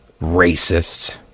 Racists